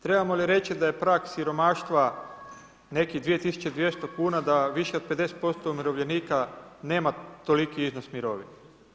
Trebamo li reći da je prag siromaštva nekih 2200 kuna, da više od 50% umirovljenika nema toliki iznos mirovine.